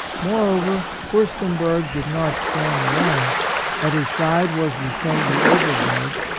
moreover, fiirstenberg did not stand alone at his side was the saintly overberg,